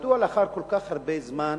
מדוע לאחר כל כך הרבה זמן